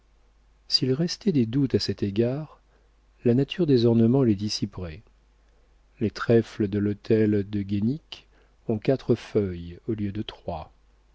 s'il restait des doutes à cet égard la nature des ornements les dissiperait les trèfles de l'hôtel du guaisnic ont quatre feuilles au lieu de trois